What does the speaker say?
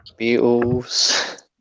Beatles